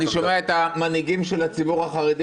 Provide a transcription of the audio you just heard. אני שומע את המנהיגים של הציבור החרדי